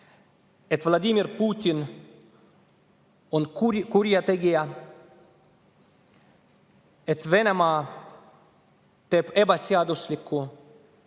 et Vladimir Putin on kurjategija, et Venemaa teeb ebaseaduslikku